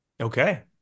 Okay